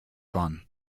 waren